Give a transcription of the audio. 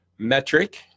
Metric